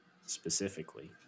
specifically